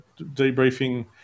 debriefing